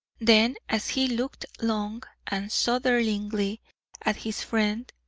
then, as he looked long and shudderingly at his friend,